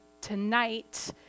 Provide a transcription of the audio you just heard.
tonight